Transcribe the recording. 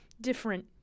different